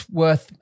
worth